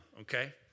okay